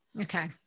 Okay